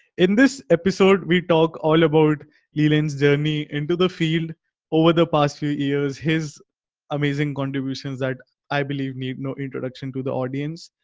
in this episode, we talk all about leland's journey into the field over the past few years his amazing contributions that i believe need no introduction to the audience.